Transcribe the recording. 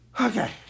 Okay